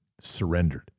surrendered